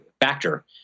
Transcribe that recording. factor